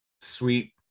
sweet